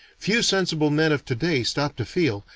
few sensible men of today stop to feel,